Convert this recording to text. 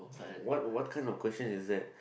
what what kind of question is that